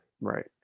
Right